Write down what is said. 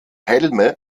helme